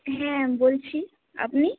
হ্যাঁ বলছি আপনি